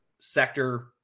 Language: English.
sector